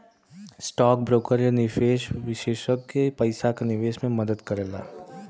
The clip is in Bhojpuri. स्टौक ब्रोकर या निवेश विषेसज्ञ पइसा क निवेश में मदद करला